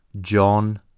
John